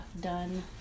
done